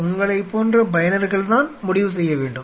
உங்களைப் போன்ற பயனர்கள்தான் முடிவு செய்ய வேண்டும்